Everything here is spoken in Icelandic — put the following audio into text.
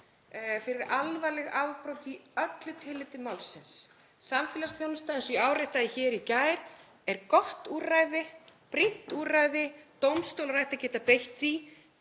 fyrir alvarleg afbrot í öllu tilliti málsins. Samfélagsþjónusta, eins og ég áréttaði hér í gær, er gott úrræði, brýnt úrræði, dómstólar ættu að geta beitt